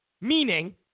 Meaning